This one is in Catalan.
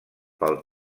pel